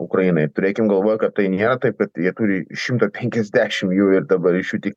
ukrainai turėkim galvoj kad tai nėra taip kad jie turi šimtą penkiasdešim jų ir dabar iš jų tik